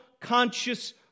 conscious